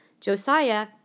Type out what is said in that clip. Josiah